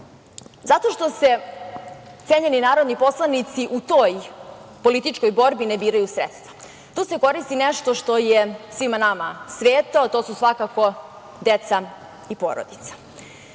Zato što se, cenjeni narodni poslanici, u toj političkoj borbi ne biraju sredstva. Tu se koristi nešto što je svima nama sveto, a to su svakako deca i porodica.